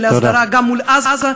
של ההסדרה גם מול עזה,